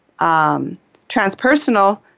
transpersonal